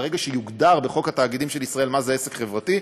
ברגע שיוגדר בחוק התאגידים של ישראל מה זה עסק חברתי,